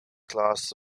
class